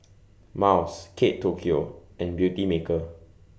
Miles Kate Tokyo and Beautymaker